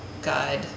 guide